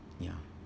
ya